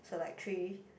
so like three